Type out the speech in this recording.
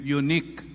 unique